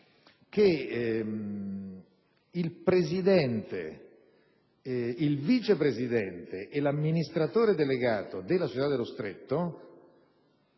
il presidente, il vice presidente e l'amministratore delegato della società Stretto